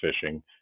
fishing